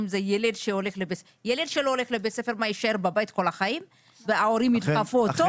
ילד שלא הולך לבית ספר יישאר בבית כל החיים וההורים ידחפו אותו?